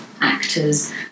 Actors